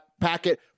packet